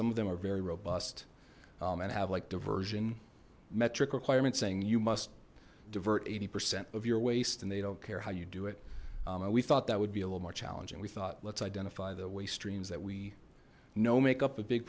some of them are very robust and have like diversion metric requirements saying you must divert eighty percent of your waste and they don't care how you do it we thought that would be a little more challenging we thought let's identify the waste streams that we know make up a big